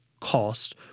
cost